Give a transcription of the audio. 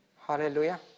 Hallelujah